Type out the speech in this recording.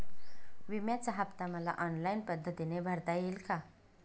विम्याचा हफ्ता मला ऑनलाईन पद्धतीने भरता येईल का?